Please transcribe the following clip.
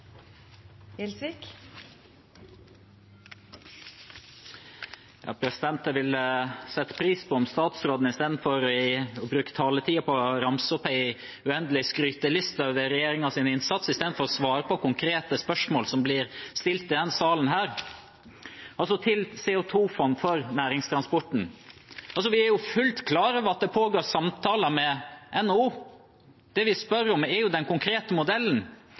Jeg ville satt pris på om statsråden, i stedet for å bruke taletiden på å ramse opp en uendelig skryteliste over regjeringens innsats, hadde svart på konkrete spørsmål som blir stilt i denne sal. Til CO 2 -fond for næringstransporten: Vi er fullt klar over at det pågår samtaler med NHO. Det vi spør om, er den konkrete modellen.